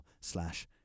slash